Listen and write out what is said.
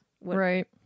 Right